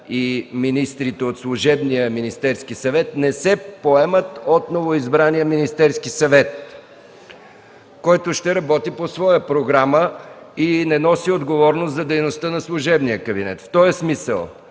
и министрите от служебния Министерски съвет, не се поемат от новоизбрания Министерски съвет, който ще работи по своя програма и не носи отговорност за дейността на служебния кабинет. В този смисъл,